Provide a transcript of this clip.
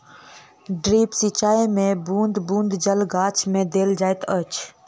drip सिचाई मे बूँद बूँद जल गाछ मे देल जाइत अछि